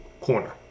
corner